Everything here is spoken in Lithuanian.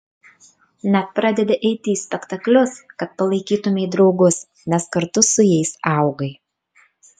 net pradedi eiti į spektaklius kad palaikytumei draugus nes kartu su jais augai